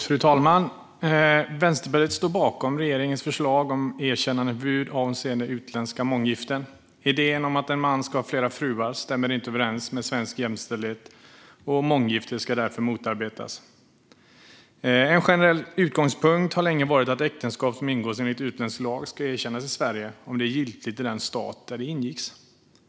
Fru talman! Vänsterpartiet står bakom regeringens förslag om ett erkännandeförbud avseende utländska månggiften. Idén om att en man ska ha flera fruar stämmer inte överens med svensk jämställdhet, och månggifte ska därför motarbetas. En generell utgångspunkt har länge varit att ett äktenskap som ingås enligt utländsk lag ska erkännas i Sverige om det är giltigt i den stat där det ingicks.